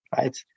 right